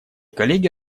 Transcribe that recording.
коллеги